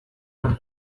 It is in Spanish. nada